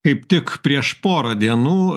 kaip tik prieš porą dienų